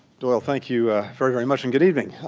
doyle, thank you very, very much. and good evening.